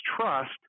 trust